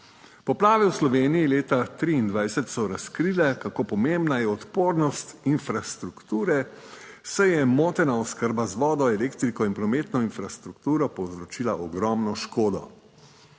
Poplave v Sloveniji leta 2023 so razkrile, kako pomembna je odpornost infrastrukture, saj je motena oskrba z vodo, elektriko in prometno infrastrukturo povzročila ogromno škodo.